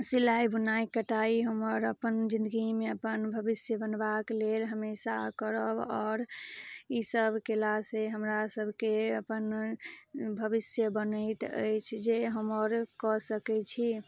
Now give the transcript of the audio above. सिलाइ बुनाइ कटाइ हमर अपन जिन्दगीमे अपन भविष्य बनबाक लेल हमेशा करब आओर इसभ केला से हमरा सबके अपन भविष्य बनैत अइछ जे हमर कऽ सकै छी